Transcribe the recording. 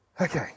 okay